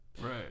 right